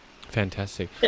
Fantastic